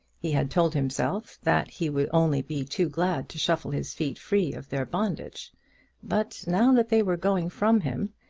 he had told himself that he would only be too glad to shuffle his feet free of their bondage but now that they were going from him,